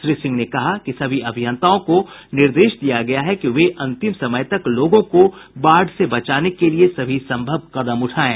श्री सिंह ने कहा कि सभी अभियंताओं को निर्देश दिया गया है कि वे अंतिम समय तक लोगों को बाढ़ से बचाने के लिए सभी संभव कदम उठायें